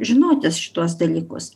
žinoti šituos dalykus